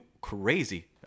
crazy